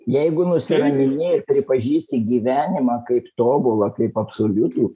jeigu nusiramini ir pripažįsti gyvenimą kaip tobulą kaip absoliutų